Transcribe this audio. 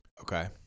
Okay